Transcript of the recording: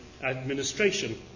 administration